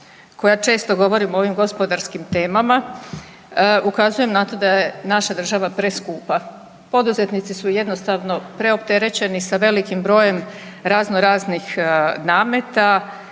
koja često govorim o ovim gospodarskim temama ukazujem na to da je naša država preskupa poduzetnici su jednostavno preopterećeni sa velikim brojem razno raznih nameta